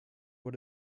what